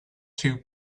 two